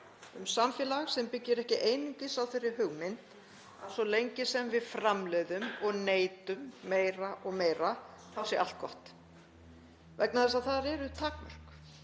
um samfélag sem byggir ekki einungis á þeirri hugmynd að svo lengi sem við framleiðum og neytum meira og meira þá sé allt gott, vegna þess að þar eru takmörk.